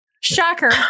shocker